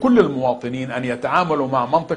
ולהלן תרגום הסרטון: "אני מפציר בכל האזרחים